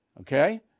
okay